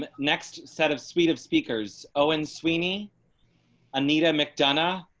next set of suite of speakers owen sweeney anita mcdonough.